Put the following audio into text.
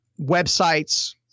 websites